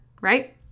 Right